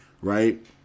right